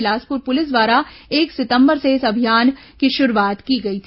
Bilaspur police द्वारा एक सितंबर से इस अभियान की शुरूवात की गई है